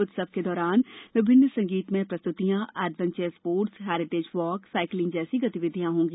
उत्सव के दौरान विभिन्न संगीतमय प्रस्तुतियाँ adventure sports heritage walk cycling जैसी गतिविधियों होंगी